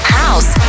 house